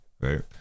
right